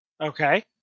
Okay